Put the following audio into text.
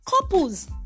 Couples